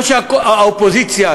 או שהאופוזיציה,